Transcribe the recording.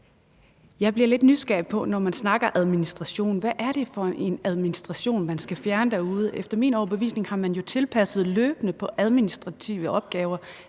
Jeg bliver, når man snakker administration, lidt nysgerrig på, hvad det er for en administration derude, man skal fjerne. Efter min overbevisning har man jo tilpasset løbende på administrative opgaver.